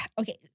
Okay